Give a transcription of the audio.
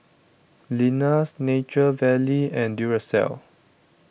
Lenas Nature Valley and Duracell